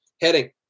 heading